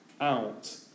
out